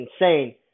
insane